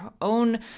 own